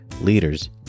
leaders